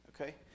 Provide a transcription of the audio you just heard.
okay